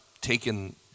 taken